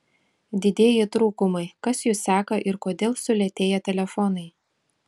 didieji trūkumai kas jus seka ir kodėl sulėtėja telefonai